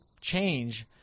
change